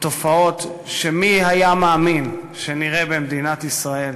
ותופעות שמי היה מאמין שנראה במדינת ישראל,